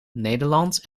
nederland